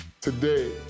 today